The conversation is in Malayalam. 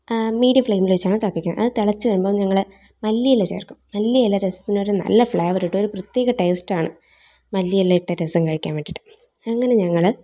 മീഡിയം ഫ്ലേമിൽ വെച്ചാണു തിളപ്പിക്കുന്നത് അത് തിളച്ചു വരുമ്പോൾ ഞങ്ങൾ മല്ലിയില ചേർക്കും മല്ലിയില രസത്തിന് ഒരു നല്ല ഫ്ലേവറ് കിട്ടും ഒരു പ്രത്യേക ടേസ്റ്റ് ആണ് മല്ലിയില ഇട്ട രസം കഴിക്കാൻ വേണ്ടിയിട്ട് അങ്ങനെ ഞങ്ങൾ